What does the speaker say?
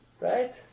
right